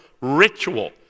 ritual